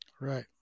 Right